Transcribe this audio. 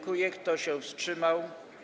Kto się wstrzymał?